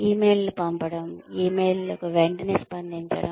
ఇమెయిల్లను పంపడం ఇమెయిల్ లకు వెంటనే స్పందించడం